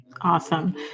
Awesome